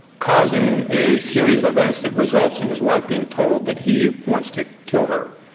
causing a series of events that results in his wife being told that he wants to kill her.